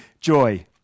joy